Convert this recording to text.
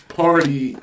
party